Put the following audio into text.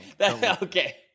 Okay